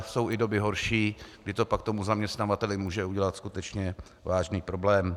Jsou i doby horší, kdy to pak tomu zaměstnavateli může udělat skutečně vážný problém.